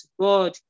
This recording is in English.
God